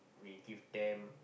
we give them